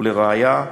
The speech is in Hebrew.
ולראיה,